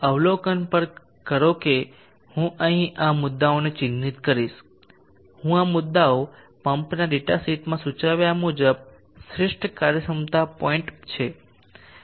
અવલોકન કરો કે હું અહીં આ મુદ્દાઓને ચિહ્નિત કરીશ હવે આ મુદ્દાઓ પમ્પના ડેટાશીટમાં સૂચવ્યા મુજબ શ્રેષ્ઠ કાર્યક્ષમતા પોઇન્ટ છે